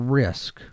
risk